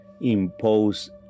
impose